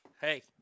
Hey